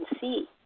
see